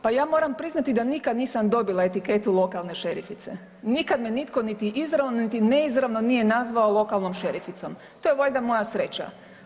Pa ja moram priznati da nikad nisam dobila etiketu lokalne šerifice, nikad me nitko niti izravno niti neizravno nije nazvao lokalnom šerificom, to je valjda moja sreća.